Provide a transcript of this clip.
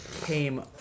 came